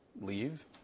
leave